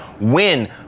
win